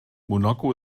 monaco